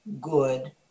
good